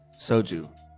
Soju